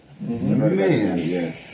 Man